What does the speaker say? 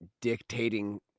dictating